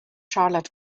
charlotte